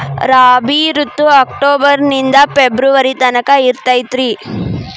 ರಾಬಿ ಋತು ಅಕ್ಟೋಬರ್ ನಿಂದ ಫೆಬ್ರುವರಿ ತನಕ ಇರತೈತ್ರಿ